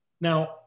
Now